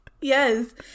Yes